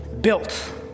built